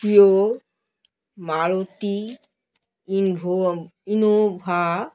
পিয় মারুতি ইনভো ইনোভা